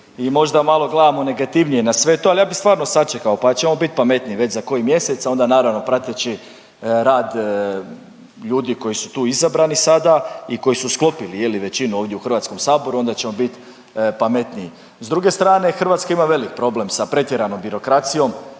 i možda malo gledamo negativnije na sve to, ali ja bi stvarno sačekao pa ćemo biti pametniji već za koji mjesec i ona naravno prateći rad ljudi koji su tu izabrani sada i koji su sklopili je li većinu ovdje u Hrvatskom saboru onda ćemo biti pametniji. S druge strane Hrvatska ima veliki problem sa pretjeranom birokracijom,